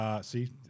see